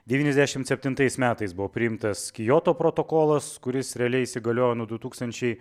devyniasdešimt septintais metais buvo priimtas kioto protokolas kuris realiai įsigaliojo nuo du tūkstančiai